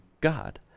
God